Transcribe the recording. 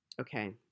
Okay